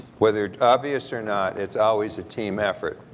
whether obvious or not it's always a team effort.